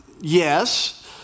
yes